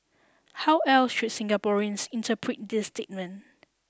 how else should Singaporeans interpret this statement